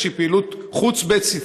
איזושהי פעילות חוץ-בית-ספרית.